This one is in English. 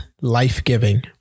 life-giving